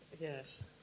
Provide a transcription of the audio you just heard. Yes